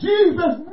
Jesus